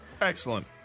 Excellent